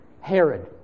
Herod